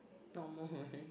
normal